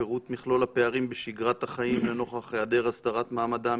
פירוט מכלול הפערים בשגרת החיים לנוכח היעדר הסדרת מעמדם,